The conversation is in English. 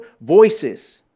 voices